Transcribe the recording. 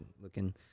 looking